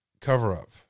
cover-up